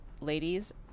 ladies